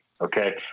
Okay